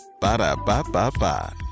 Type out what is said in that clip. Ba-da-ba-ba-ba